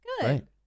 good